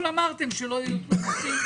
אמרתם שלא יהיו פה מיסים,